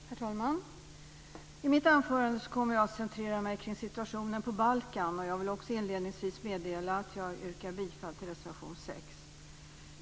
Herr talman! I mitt anförande kommer jag att centrera mig på situationen på Balkan. Jag vill också inledningsvis meddela att jag yrkar bifall till reservation nr 6.